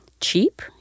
cheap